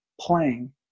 playing